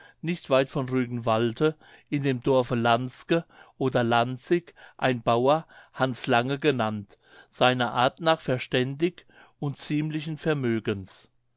nicht weit von rügenwalde in dem dorfe lantzke oder lanzig ein bauer hans lange genannt seiner art nach verständig und ziemlichen vermögens